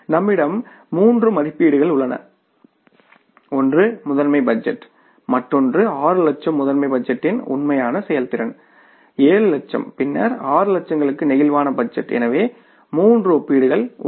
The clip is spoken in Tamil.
நம்மிடம் மூன்று மதிப்பீடுகள் உள்ளன ஒன்று முதன்மை பட்ஜெட் மற்றொன்று 6 லட்சம் முதன்மை பட்ஜெட்டின் உண்மையான செயல்திறன் 7 லட்சம் பின்னர் 6 லட்சங்களுக்கு பிளேக்சிபிள் பட்ஜெட் எனவே மூன்று ஒப்பீடுகள் உள்ளன